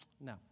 No